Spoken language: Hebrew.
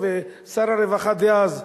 ושר הרווחה דאז,